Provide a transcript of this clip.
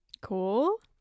Cool